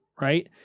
right